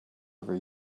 every